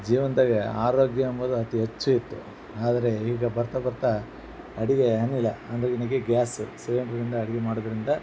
ಜೀವನದಾಗೆ ಆರೋಗ್ಯ ಎಂಬುದು ಅತಿ ಹೆಚ್ಚು ಇತ್ತು ಆದರೆ ಈಗ ಬರ್ತಾ ಬರ್ತಾ ಅಡುಗೆ ಏನಿಲ್ಲ ಅಂದರೆ ಗ್ಯಾಸು ಸಿಲಿಂಡ್ರಿಂದ ಅಡುಗೆ ಮಾಡೋದ್ರಿಂದ